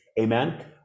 Amen